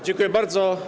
Dziękuję bardzo.